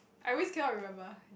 I always cannot remember